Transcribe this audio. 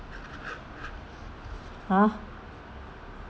!huh!